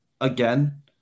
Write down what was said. Again